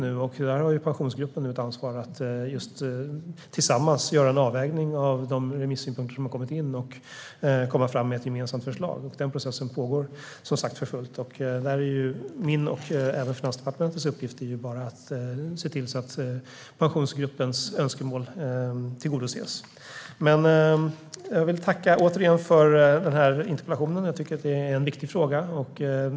Pensionsgruppens medlemmar har nu ett ansvar att tillsammans göra en avvägning av de remissynpunkter som har kommit in och komma fram till ett gemensamt förslag. Den processen pågår som sagt för fullt. Där är min och Finansdepartementets uppgift bara att se till att Pensionsgruppens önskemål tillgodoses. Jag tackar återigen för interpellationen. Jag tycker att det är en viktig fråga.